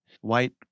White